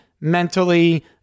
mentally